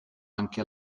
anche